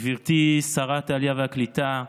גברתי שרת העלייה והקליטה,